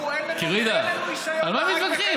קרידה, על מה מתווכחים?